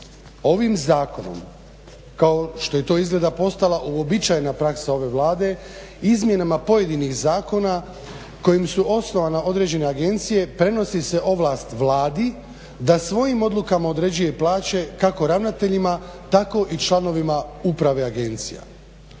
Ovim zakonom kao što je to izgleda postala uobičajena praksa ove Vlade izmjenama pojedinih zakona kojim su osnovane određene agencije prenosi se ovlast Vladi da svojim odlukama određuje plaće kako ravnateljima tako i članovima uprave agencija.